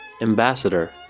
Ambassador